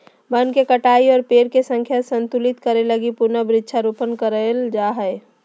वन के कटाई और पेड़ के संख्या संतुलित करे लगी पुनः वृक्षारोपण करल जा हय